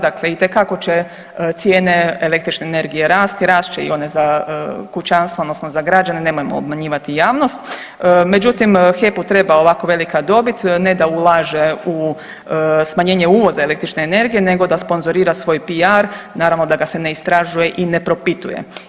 Dakle itekako će cijene električne energije rasti, rast i one za kućanstva odnosno za građane, nemojmo obmanjivati javnost, međutim HEP-u treba ovako velika dobit ne da ulaže u smanjenje uvoza električne energije nego da sponzorira svoj PR, naravno da ga se ne istražuje i ne propituje.